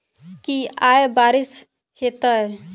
की आय बारिश हेतै?